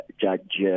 Judge